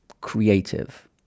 creative